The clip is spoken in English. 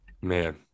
Man